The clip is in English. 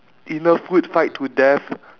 in a food fight to death